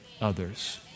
others